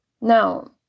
Now